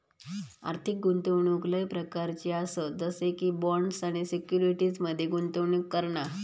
आर्थिक गुंतवणूक लय प्रकारच्ये आसत जसे की बॉण्ड्स आणि सिक्युरिटीज मध्ये गुंतवणूक करणा